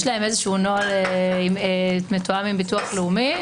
יש להם איזשהו נוהל מתואם עם ביטוח לאומי.